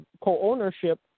co-ownership